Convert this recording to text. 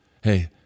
hey